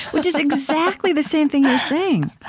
which is exactly the same thing you're saying